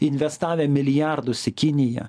investavę milijardus į kiniją